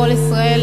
"קול ישראל",